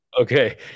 okay